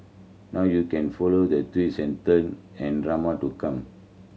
now you can follow the twists and turn and drama to come